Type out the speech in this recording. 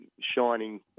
shining